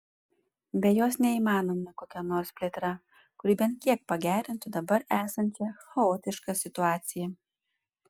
be jos neįmanoma kokia nors plėtra kuri bent kiek pagerintų dabar esančią chaotišką situaciją